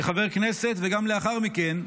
כחבר הכנסת, וגם לאחר מכן,